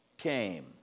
Came